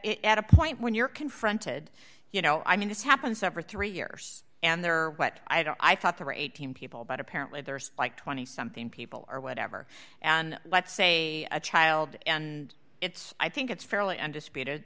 at a point when you're confronted you know i mean this happens every three years and there are what i thought the regime people but apparently there's like twenty something people or whatever and let's say a child and it's i think it's fairly undisputed